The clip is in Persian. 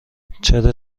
چرا